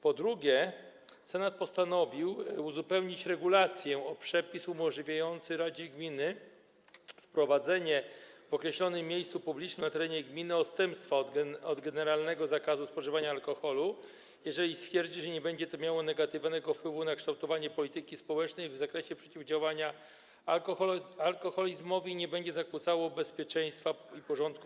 Po drugie, Senat postanowił uzupełnić regulację o przepis umożliwiający radzie gminy wprowadzenie w określonym miejscu publicznym na terenie gminy odstępstwa od generalnego zakazu spożywania alkoholu, jeżeli stwierdzi, że nie będzie to miało negatywnego wpływu na kształtowanie polityki społecznej w zakresie przeciwdziałania alkoholizmowi i nie będzie zakłócało bezpieczeństwa i porządku